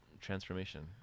transformation